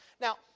Now